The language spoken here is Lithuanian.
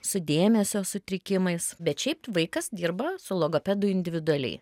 su dėmesio sutrikimais bet šiaip vaikas dirba su logopedu individualiai